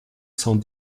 cent